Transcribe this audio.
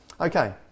Okay